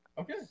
Okay